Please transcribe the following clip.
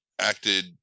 acted